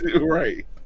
Right